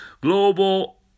Global